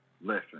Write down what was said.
listen